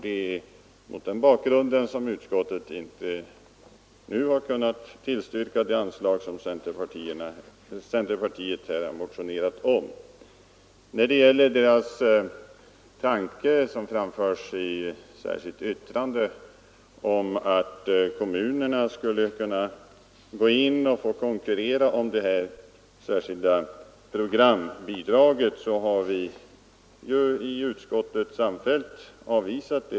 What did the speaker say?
Det är mot den bakgrunden som utskottet inte nu har kunnat tillstyrka det anslag som centerpartiet har motionerat om. Den tanke som framförs i ett särskilt yttrande om att kommunerna borde få konkurrera om det särskilda programbidraget har avvisats av ett samfällt utskott.